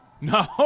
No